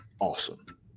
awesome